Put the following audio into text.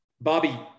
Bobby